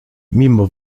mimo